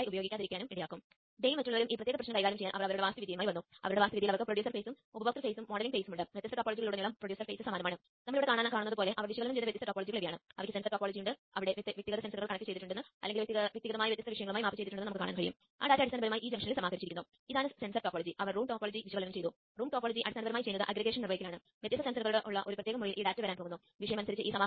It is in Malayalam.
അതിന് ആവശ്യമായ കോഡ് നമ്മൾ ഇതിനകം എഴുതിയിട്ടുണ്ട് എന്നാൽ അതിനുമുമ്പ് ഈ XCTU കോൺഫിഗറേഷൻ വിൻഡോകൾ ഞാൻ കാണിച്ചുതരാം